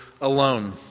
alone